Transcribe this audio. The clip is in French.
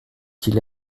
qu’il